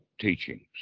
teachings